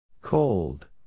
Cold